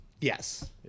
Yes